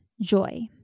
Joy